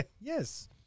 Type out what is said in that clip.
Yes